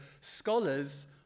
scholars